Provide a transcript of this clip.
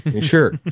sure